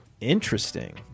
interesting